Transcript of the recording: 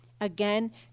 Again